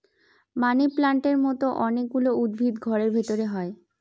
মানি প্লান্টের মতো অনেক গুলো উদ্ভিদ ঘরের ভেতরে হয়